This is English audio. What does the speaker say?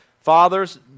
fathers